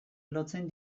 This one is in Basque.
lotzen